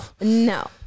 No